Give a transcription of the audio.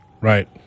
Right